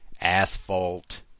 asphalt